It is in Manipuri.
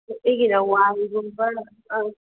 ꯑꯩꯒꯤꯅ ꯋꯥ ꯌꯨꯡꯕ ꯑꯥ